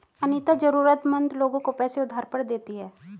अनीता जरूरतमंद लोगों को पैसे उधार पर देती है